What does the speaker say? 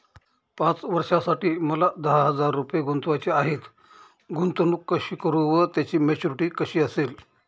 पाच वर्षांसाठी मला दहा हजार रुपये गुंतवायचे आहेत, गुंतवणूक कशी करु व त्याची मॅच्युरिटी कशी असेल?